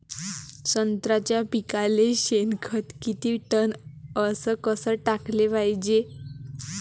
संत्र्याच्या पिकाले शेनखत किती टन अस कस टाकाले पायजे?